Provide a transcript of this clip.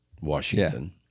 Washington